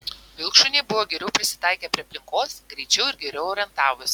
vilkšuniai buvo geriau prisitaikę prie aplinkos greičiau ir geriau orientavosi